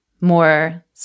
more